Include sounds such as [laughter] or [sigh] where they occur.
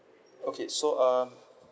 okay so uh [breath]